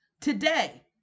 Today